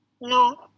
No